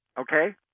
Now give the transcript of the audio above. Okay